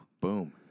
Boom